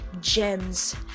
gems